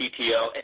PTO